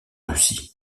russie